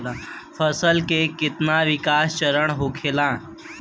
फसल के कितना विकास चरण होखेला?